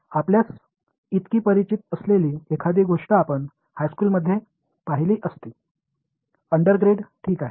आपल्यास इतकी परिचित असलेली एखादी गोष्ट आपण हायस्कूलमध्ये पाहिली असती अंडरग्रेड ठीक आहे